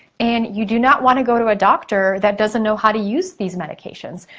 and you do not want to go to a doctor that doesn't know how to use these medications.